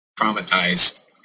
traumatized